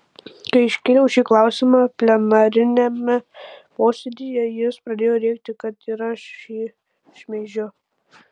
kai iškėliau šį klausimą plenariniame posėdyje jis pradėjo rėkti kad ir aš jį šmeižiu